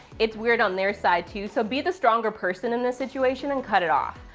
it's weird on their side, too, so be the stronger person in this situation and cut it off.